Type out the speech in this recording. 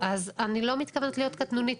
אז אני לא מתכוונת להיות קטנונית